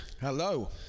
Hello